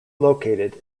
located